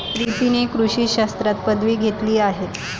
प्रीतीने कृषी शास्त्रात पदवी घेतली आहे